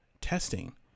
testing